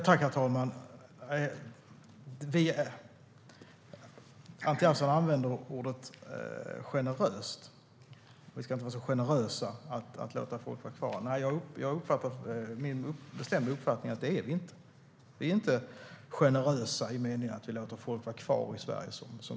Herr talman! Anti Avsan säger att vi inte ska vara så generösa med att låta folk vara kvar. Min bestämda uppfattning är att vi inte är det. Vi är inte generösa med att låta folk som har begått brott vara kvar i Sverige.